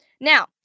Now